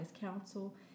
counsel